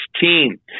team